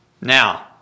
Now